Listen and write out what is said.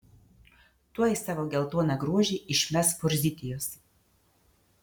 tuoj savo geltoną grožį išmes forzitijos